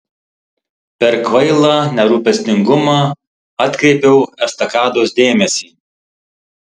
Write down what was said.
per kvailą nerūpestingumą atkreipiau estakados dėmesį